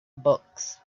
books